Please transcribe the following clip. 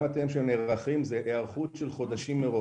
אם משהו מתבטל בהינף יד